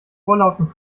vorlauten